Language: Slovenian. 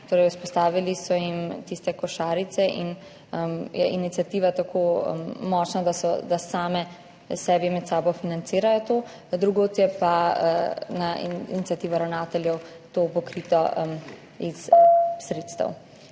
torej vzpostavili so tiste košarice in je iniciativa tako močna, da same sebi med sabo financirajo to, drugod je pa na iniciativo ravnateljev to pokrito iz sredstev.